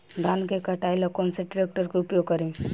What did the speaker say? धान के कटाई ला कौन सा ट्रैक्टर के उपयोग करी?